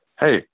hey